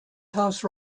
house